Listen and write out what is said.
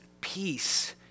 peace